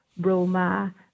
Roma